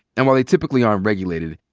and while they typically aren't regulated,